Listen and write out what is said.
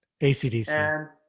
acdc